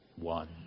one